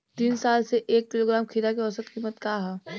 तीन साल से एक किलोग्राम खीरा के औसत किमत का ह?